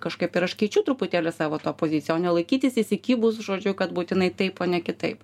kažkaip ir aš keičiu truputėlį savo tą poziciją o ne laikytis įsikibus žodžiu kad būtinai taip o ne kitaip